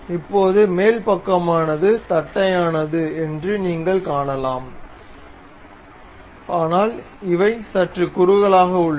இப்போது மேல் பக்கமானது தட்டையானது என்று நீங்கள் காணலாம் ஆனால் இவை சற்று குறுகலாக உள்ளன